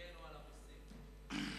תודה.